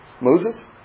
Moses